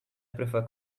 prefer